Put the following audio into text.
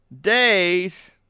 days